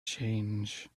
change